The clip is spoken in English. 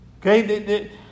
okay